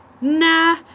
nah